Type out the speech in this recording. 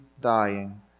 dying